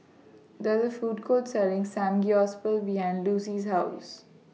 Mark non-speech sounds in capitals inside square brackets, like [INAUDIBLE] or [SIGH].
There IS A Food Court Selling [UNINTELLIGIBLE] behind Lucy's House